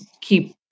keep